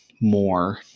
more